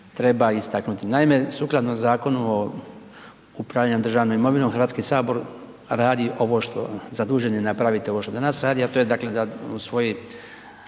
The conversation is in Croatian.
treba istaknuti. Naime, sukladno Zakonu o upravljanju državnom imovinom HS radi ovo što, zadužen je napraviti ovo što danas radi, a to je dakle da usvoji